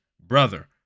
brother